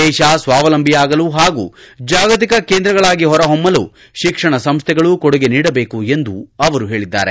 ದೇಶ ಸ್ವಾವಲಂಬಿಯಾಗಲು ಹಾಗೂ ಜಾಗತಿಕ ಕೇಂದ್ರಗಳಾಗಿ ಹೊರ ಹೊಮ್ಮಲು ಶಿಕ್ಷಣ ಸಂಸೈಗಳು ಕೊಡುಗೆ ನೀಡಬೇಕು ಎಂದು ಹೇಳದ್ದಾರೆ